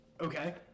Okay